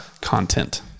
Content